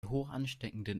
hochansteckenden